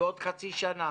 ועוד חצי שנה,